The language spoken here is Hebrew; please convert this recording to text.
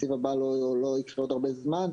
התקציב הבא לא יקרה עוד הרבה זמן.